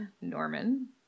Norman